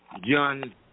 John